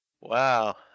Wow